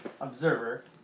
Observer